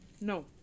No